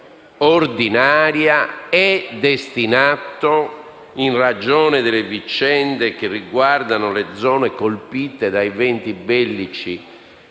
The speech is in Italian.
ordinaria ed è destinato, in ragione delle vicende che riguardano le zone colpite da eventi bellici